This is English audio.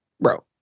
bro